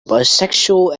bisexual